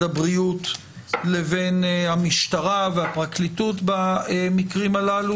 הבריאות לבין המשטרה והפרקליטות במקרים הללו?